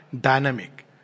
dynamic